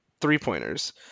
three-pointers